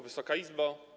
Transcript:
Wysoka Izbo!